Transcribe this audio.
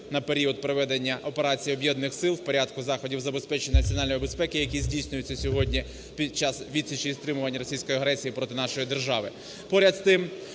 на період проведення операції Об'єднаних сил у порядку заходів забезпечення національної безпеки, які здійснюються сьогодні під час відсічі і стримування російської агресії проти нашої держави.